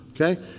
Okay